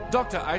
Doctor